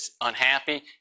unhappy